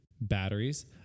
batteries